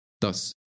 Thus